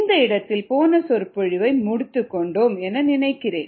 இந்த இடத்தில் போன சொற்பொழிவை முடித்துக் கொண்டோம் என நினைக்கிறேன்